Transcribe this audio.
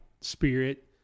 spirit